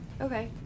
Okay